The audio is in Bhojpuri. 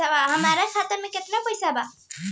हमार खाता में केतना पैसा बा?